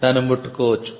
దాన్ని ముట్టుకోవచ్చు